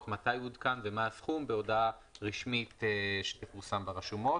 מתי הוא עודכן ומה הסכום בהודעה רשמית שתפורסם ברשומות.